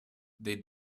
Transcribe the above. they